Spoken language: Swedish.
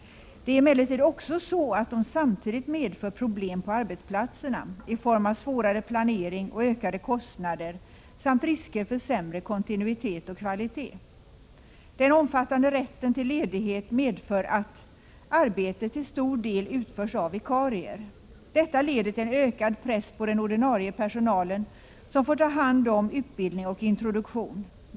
Det är emellertid också så att de samtidigt medför problem på arbetsplatserna i form av svårare planering och ökade kostnader samt risker för sämre kontinuitet och kvalitet. Den omfattande rätten till ledighet medför att arbetet till stor del utförs av vikarier. Detta leder till en ökad press på den ordinarie personalen, som får ta hand om utbildning och introduktion.